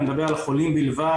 אני מדבר על החולים בלבד,